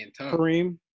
Kareem